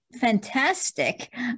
fantastic